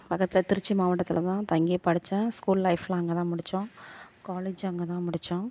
அதான் சார் திருச்சி மாவட்டத்தில் தான் தங்கி படிச்சேன் ஸ்கூல் லைஃப்லாம் அங்கே தான் முடிச்சோம் காலேஜும் அங்கே தான் முடிச்சோம்